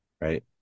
right